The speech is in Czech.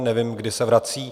Nevím, kdy se vrací.